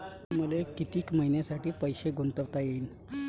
मले कितीक मईन्यासाठी पैसे गुंतवता येईन?